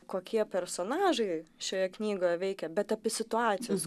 kokie personažai šioje knygoje veikia bet apie situacijas